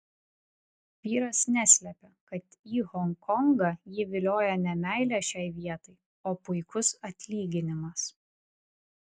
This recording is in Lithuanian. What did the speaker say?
vyras neslepia kad į honkongą jį vilioja ne meilė šiai vietai o puikus atlyginimas